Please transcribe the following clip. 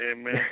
amen